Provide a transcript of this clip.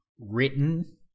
written